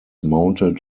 mounted